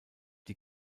die